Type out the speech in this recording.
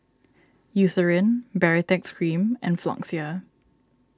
Eucerin Baritex Cream and Floxia